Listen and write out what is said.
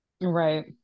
Right